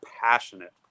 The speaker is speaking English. passionate